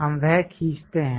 हम वह खींचते हैं